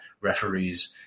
referees